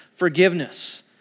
forgiveness